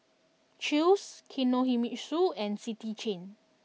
Chew's Kinohimitsu and City Chain